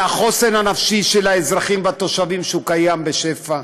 על החוסן הנפשי של האזרחים והתושבים, שקיים בשפע,